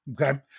Okay